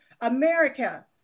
America